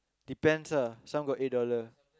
depends ah some got eight dollar